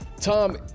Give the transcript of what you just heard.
Tom